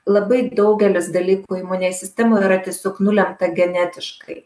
labai daugelis dalykų imuninėj sistemoj yra tiesiog nulemta genetiškai